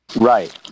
Right